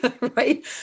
Right